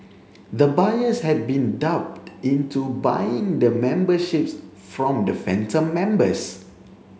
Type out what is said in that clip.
the buyers had been duped into buying the memberships from the phantom members